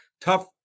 tough